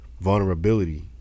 vulnerability